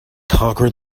conquer